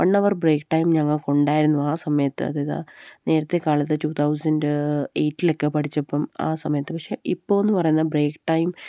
one hour break time ഞങ്ങള്ക്കുണ്ടായിരുന്നു ആ സമയത്ത് അതായത് ആ നേരത്തെകാലത്ത് ടു തൗസൻഡ് എയ്റ്റിലൊക്കെ പഠിച്ചപ്പോള് ആ സമയത്ത് പക്ഷെ ഇപ്പോഴെന്ന് പറയുന്ന ബ്രേക്ക് ടൈം